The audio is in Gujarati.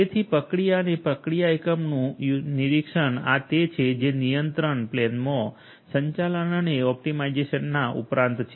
તેથી પ્રક્રિયા અને પ્રક્રિયા એકમનું નિરીક્ષણ આ તે છે જે નિયંત્રણ પ્લેનમાં સંચાલન અને ઓપ્ટિમાઇઝેશનના ઉપરાંત છે